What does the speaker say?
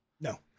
No